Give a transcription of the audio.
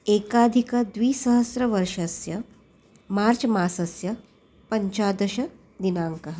एकाधिकद्विसहस्रतमवर्षस्य मार्च् मासस्य पञ्चादशदिनाङ्कः